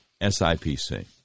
SIPC